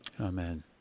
Amen